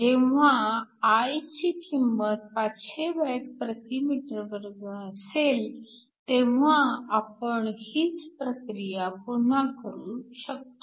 जेव्हा I ची किंमत 500 Wm2 असेल तेव्हा आपण हीच प्रक्रिया पुन्हा करू शकतो